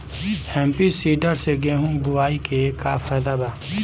Happy seeder से गेहूं बोआई के का फायदा बा?